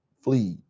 flee